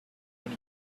kill